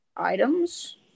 Items